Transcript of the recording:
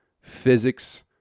physics